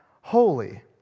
holy